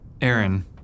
Aaron